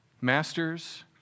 Masters